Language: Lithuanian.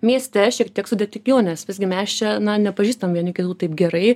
mieste šiek tiek sudėtingiau nes visgi mes čia nepažįstam vieni kitų taip gerai